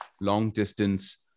long-distance